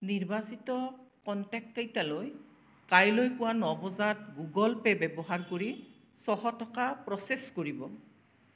নিৰ্বাচিত কনটেক্টকেইটালৈ কাইলৈ পুৱা ন বজাত গুগল পে' ব্যৱহাৰ কৰি ছশ টকা প্ৰ'চেছ কৰিব